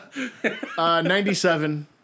97